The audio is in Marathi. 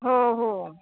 हो हो